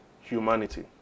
humanity